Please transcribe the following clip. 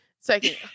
Second